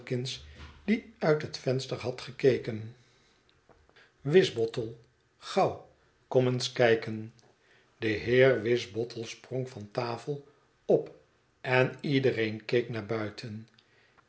die uithet venster had gekeken wisbottle gauw kom eens kijken de heer wisbottle sprong van tafel op en iedereen keek naar buiten